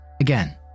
again